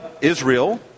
Israel